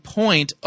point